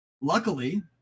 luckily